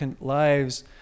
lives